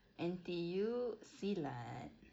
N_T_U silat